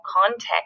context